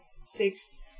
six